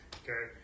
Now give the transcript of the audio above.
okay